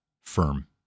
firm